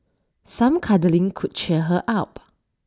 some cuddling could cheer her up